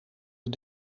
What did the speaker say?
het